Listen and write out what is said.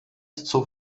zur